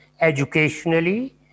educationally